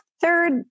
third